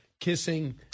kissing